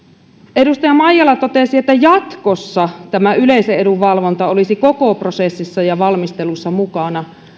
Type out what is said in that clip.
edustaja maijala totesi että jatkossa tämä yleisen edun valvonta olisi koko prosessissa ja valmistelussa mukana